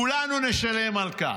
כולנו נשלם על כך.